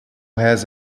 has